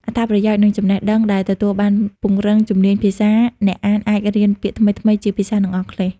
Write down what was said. អត្ថប្រយោជន៍ និងចំណេះដឹងដែលទទួលបានពង្រឹងជំនាញភាសា អ្នកអានអាចរៀនពាក្យថ្មីៗជាភាសាខ្មែរ និងអង់គ្លេស។